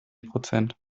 prozent